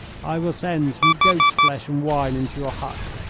i will send some goat's flesh and wine into your hut.